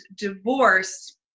divorce